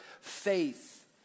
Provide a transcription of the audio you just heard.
faith